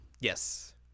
Yes